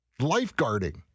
lifeguarding